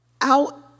out